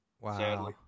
Wow